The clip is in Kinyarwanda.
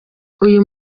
uyu